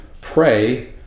pray